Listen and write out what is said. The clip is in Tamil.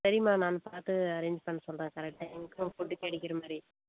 சரிமா நான் பார்த்து அரேஞ் பண்ண சொல்கிறேன் கரெக்ட் டைமுக்கு ஃபுட் கிடைக்கிற மாதிரி